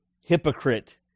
hypocrite